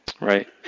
right